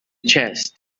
chest